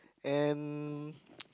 and